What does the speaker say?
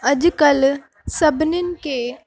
अॼु कल्ह सभिनीनि खे